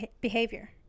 behavior